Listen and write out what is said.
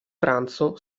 pranzo